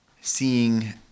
seeing